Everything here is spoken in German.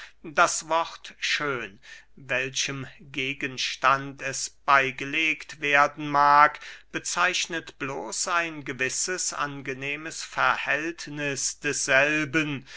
das wort schön welchem gegenstand es beygelegt werden mag bezeichnet bloß ein gewisses angenehmes verhältniß desselben